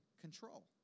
control